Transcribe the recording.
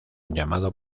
llamado